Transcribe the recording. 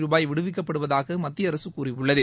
ருபற்ற் விடுவிக்கப்படுவதாகமத்தியஅரசுகூறியுள்ளது